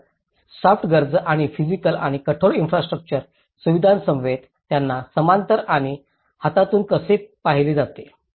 तर सॉफ्ट गरजा व फिजिकल आणि कठोर इन्फ्रास्ट्रउच्चर सुविधांसमवेत त्यांना समांतर आणि हातातून कसे पाहिले जाते